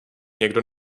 někdo